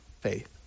faith